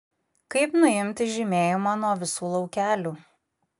kaip nuimti žymėjimą nuo visų laukelių